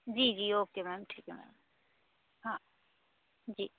जी जी okay ma'am ठीक है मैम हाँ जी